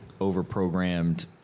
over-programmed